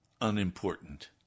unimportant